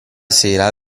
sera